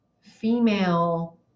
female